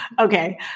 Okay